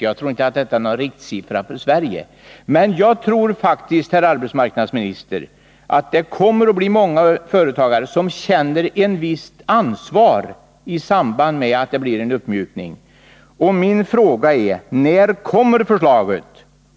Jag tror inte att det är någon riktsiffra för Sverige, men jag tror faktiskt, herr arbetsmarknadsminister, att många företagare kommer att känna ett visst ansvar i samband med en uppmjukning. Och mina frågor är: När kommer förslaget?